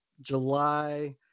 July